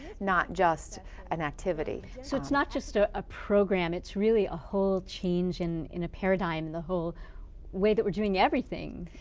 not just an activity. so, it's not just ah a program. it's really a whole change in, in a paradigm, the whole way that we're doing everything,